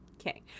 Okay